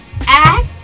act